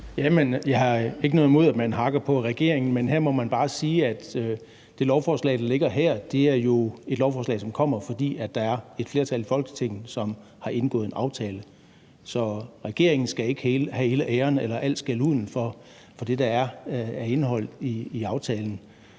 jeg har ikke noget imod, at man hakker på regeringen, men her må man bare sige, at det lovforslag, der ligger her, jo er et lovforslag, som kommer, fordi der er et flertal i Folketinget, som har indgået en aftale. Så regeringen skal ikke have hele æren eller al skælduden for det, der er af indhold i aftalen.